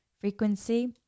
frequency